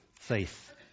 faith